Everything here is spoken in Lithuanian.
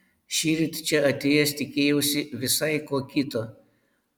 šįryt čia atėjęs tikėjausi visai ko kito